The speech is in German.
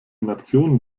nation